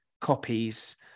copies